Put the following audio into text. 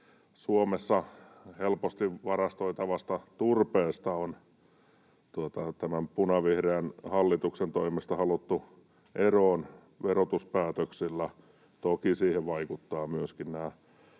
Suomessa helposti varastoitavasta turpeesta on tämän punavihreän hallituksen toimesta haluttu eroon verotuspäätöksillä — toki siihen vaikuttavat myöskin nämä